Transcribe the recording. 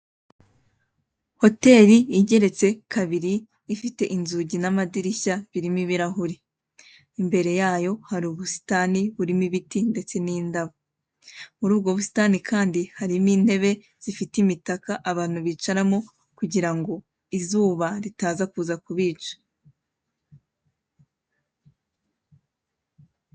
Hoteli igeretse kabiri, ifite inzugi n'amadirishya birimo ibirahuri. Imbere yayo hari ubusitani burimo ibiti ndetse n'indabo. Muri ubwo busitani kandi harimo intebe zifite imitaka abantu bicaramo kugira ngo izuba ritaza kuza kubica.